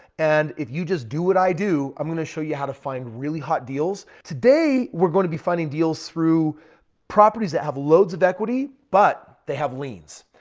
and if you just do what i do, i'm going to show you how to find really hot deals. today, we're going to be finding deals through properties that have loads of equity but they have liens.